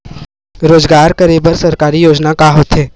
रोजगार करे बर सरकारी योजना का का होथे?